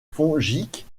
fongique